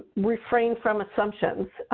refrain from assumptions.